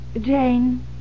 Jane